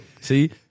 See